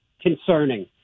concerning